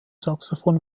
saxophon